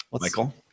Michael